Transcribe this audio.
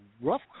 rough